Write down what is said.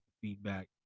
feedback